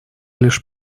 лишь